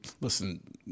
listen